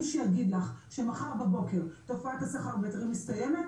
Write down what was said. מי שיגיד לך שמחר בבוקר תופעת הסחר בהיתרים מסתיימת,